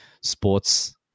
sports